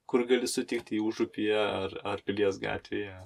kur gali sutikti jį užupyje ar ar pilies gatvėje